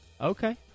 Okay